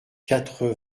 quatre